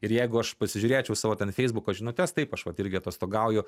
ir jeigu aš pasižiūrėčiau savo ten feisbuko žinutes taip aš vat irgi atostogauju